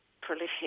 prolific